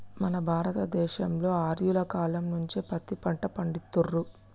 మన భారత దేశంలో ఆర్యుల కాలం నుంచే పత్తి పంట పండిత్తుర్రు